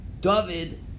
David